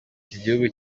gihugu